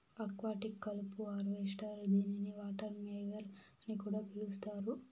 aquatic కలుపు harvester దీనిని water mower అని కూడా పిలుస్తారు